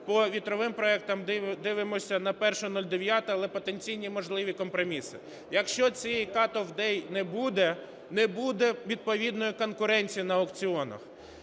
по вітровим проектам дивимося на 01.09, але потенційні можливі компроміси. Якщо цієї cut-off date не буде – не буде відповідної конкуренції на аукціонах.